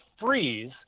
freeze